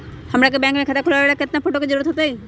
हमरा के बैंक में खाता खोलबाबे ला केतना फोटो के जरूरत होतई?